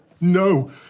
No